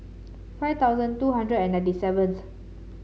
five thousand two hundred and ninety seventh